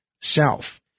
Self